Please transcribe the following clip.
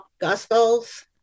gospels